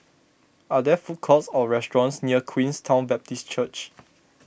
are there food courts or restaurants near Queenstown Baptist Church